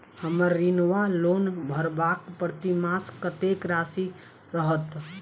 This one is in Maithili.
हम्मर ऋण वा लोन भरबाक प्रतिमास कत्तेक राशि रहत?